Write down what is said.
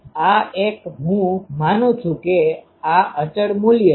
આ એક માટે હું માનુ છુ કે આ અચળ મૂલ્ય છે